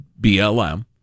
blm